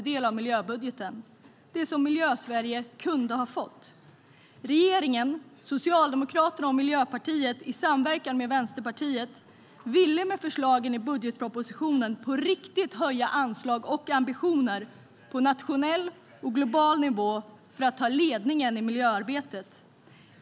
Det är pengar som Miljösverige kunde ha fått. Regeringen - Socialdemokraterna och Miljöpartiet - i samverkan med Vänsterpartiet ville med förslagen i budgetpropositionen på riktigt höja anslag och ambitioner på nationell och global nivå för att ta ledningen i miljöarbetet.